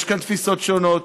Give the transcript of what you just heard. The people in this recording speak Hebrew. יש כאן תפיסות שונות,